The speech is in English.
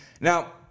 Now